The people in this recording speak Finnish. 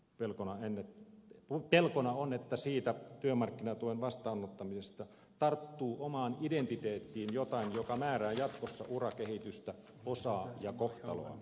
pelkona on että siitä työmarkkinatuen vastaanottamisesta tarttuu omaan identiteettiin jotain mikä määrää jatkossa urakehitystä osaa ja kohtaloa